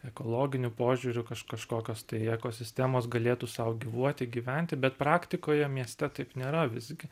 ekologiniu požiūriu kaž kažkokios tai ekosistemos galėtų sau gyvuoti gyventi bet praktikoje mieste taip nėra visgi